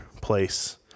place